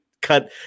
Cut